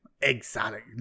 Exotic